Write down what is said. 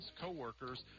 co-workers